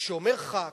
וכשאומר חבר הכנסת,